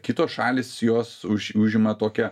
kitos šalys jos už užima tokią